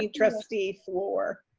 um trustee fluor.